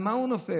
על מה הוא נופל?